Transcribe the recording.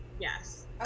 Yes